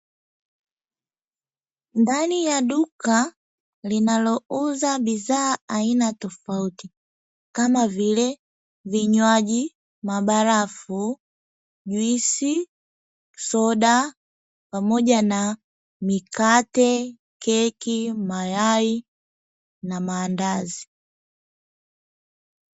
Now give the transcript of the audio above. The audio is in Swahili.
Ndani ya duka linalouza bidhaa aina tofauti kama vile vinywaji, mabarafu, juisi, soda pamoja na mikate, keki, mayai na maandazi.